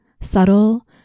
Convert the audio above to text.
subtle